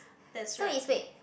that's right